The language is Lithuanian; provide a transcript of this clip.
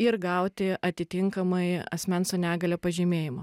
ir gauti atitinkamai asmens su negalia pažymėjimą